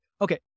Okay